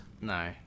No